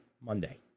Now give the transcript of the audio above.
Monday